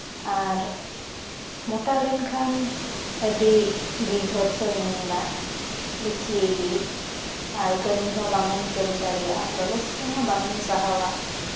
ᱟᱨ ᱢᱚᱴᱟ ᱞᱮᱱᱠᱷᱟᱱ ᱟᱹᱰᱤ ᱵᱤᱵᱷᱚᱛᱥᱚ ᱧᱮᱼᱧᱮᱞᱟ ᱵᱤᱪᱪᱷᱤᱨᱤ ᱜᱮ ᱟᱨ ᱠᱟᱹᱢᱤ ᱦᱚᱸ ᱵᱟᱝᱮᱢ ᱠᱟᱹᱢᱤ ᱫᱟᱲᱮᱭᱟᱜᱼᱟ ᱞᱚᱞᱚ ᱥᱤᱛᱩᱝ ᱦᱚᱸ ᱵᱟᱝᱮᱢ ᱥᱟᱦᱟᱣᱟ